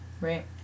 right